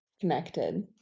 connected